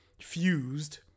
fused